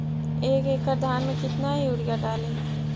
एक एकड़ धान मे कतना यूरिया डाली?